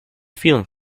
feeling